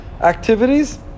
activities